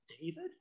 David